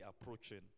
approaching